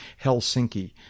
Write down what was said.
Helsinki